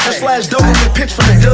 slash doberman pinsch' from the